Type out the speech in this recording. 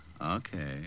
Okay